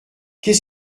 qu’est